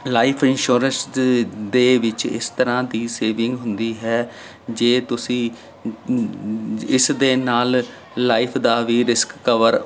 life insurance ਦੇ ਵਿੱਚ ਇਸ ਤਰ੍ਹਾਂ ਦੀ ਸੇਵਿੰਗ ਹੁੰਦੀ ਹੈ ਜੇ ਤੁਸੀਂ ਇਸ ਦੇ ਨਾਲ ਲਾਈਫ ਦਾ ਵੀ ਰਿਸਕ ਕਵਰ